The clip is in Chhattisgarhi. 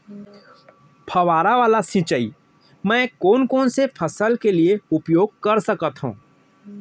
फवारा वाला सिंचाई मैं कोन कोन से फसल के लिए उपयोग कर सकथो?